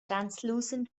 translucent